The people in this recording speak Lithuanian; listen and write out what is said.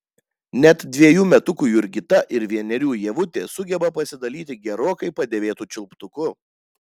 net dvejų metukų jurgita ir vienerių ievutė sugeba pasidalyti gerokai padėvėtu čiulptuku